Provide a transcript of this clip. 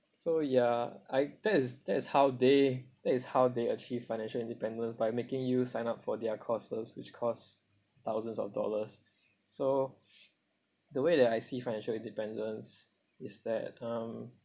so ya I that is that is how they that is how they achieve financial independence by making you sign up for their courses which cost thousands of dollars so the way that I see financial independence is that um